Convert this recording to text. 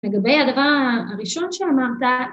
לגבי הדבר הראשון שאמרת